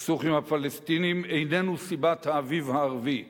הסכסוך עם הפלסטינים איננו סיבת האביב הערבי,